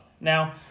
Now